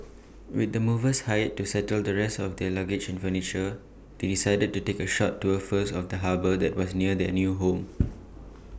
with the movers hired to settle the rest of their luggage and furniture they decided to take A short tour first of the harbour that was near their new home